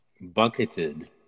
bucketed